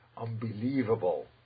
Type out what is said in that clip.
unbelievable